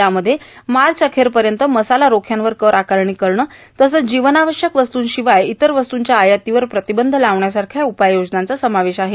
यामध्ये मार्च अखेरपर्यंत मसाला रोख्यांवर कर आकारणी करणं तसंच जीवनावश्यक वस्तूंशिवाय इतर वस्त्रंच्या आयातीवर प्रतिबंध लावण्यासारख्या उपाययोजनांचा समावेश आहे